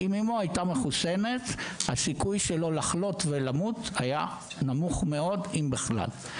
אם אמו הייתה מחוסנת הסיכוי שלו לחלות ולמות היה נמוך מאוד אם בכלל.